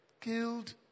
killed